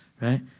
right